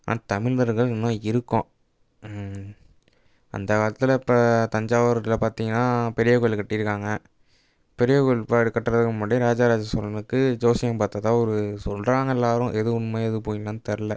ஆனா தமிழ்வர்கள் இன்னும் இருக்கோம் அந்த காலத்தில் இப்போ தஞ்சாவூரில் பார்த்தீங்கன்னா பெரிய கோயில் கட்டி இருக்காங்க பெரிய கோயில் பாடு கட்டுறதுக்கு முன்னாடி ராஜராஜ சோழனுக்கு ஜோசியம் பார்த்ததா ஒரு சொல்கிறாங்க எல்லோரும் எது உண்மை எது பொயின்னுலாம் தெரில